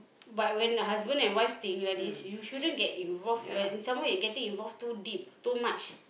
but when husband and wife thing like this you shouldn't get involve you are in some more you getting involve too deep too much